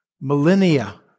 millennia